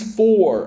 four